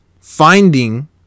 finding